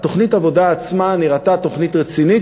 תוכנית העבודה עצמה נראתה תוכנית רצינית,